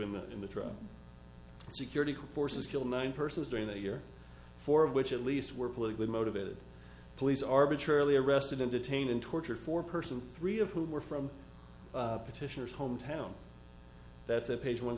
in the in the trial security forces killed nine persons during the year for which at least were politically motivated police arbitrarily arrested and detained and tortured for person three of whom were from petitioners hometown that's a page one